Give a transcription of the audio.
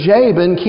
Jabin